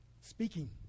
speaking